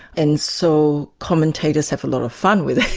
and so commentators have a lot of fun with it.